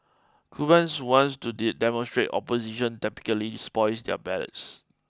Cubans who wants to demonstrate opposition typically spoil their ballots